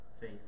faith